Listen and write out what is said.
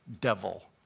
devil